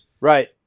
Right